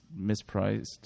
mispriced